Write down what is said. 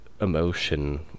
emotion